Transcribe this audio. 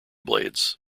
blades